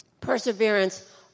Perseverance